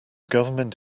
government